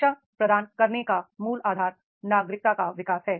शिक्षा प्रदान करने का मूल आधार नागरिकता का विकास है